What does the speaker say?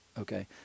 okay